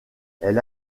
elle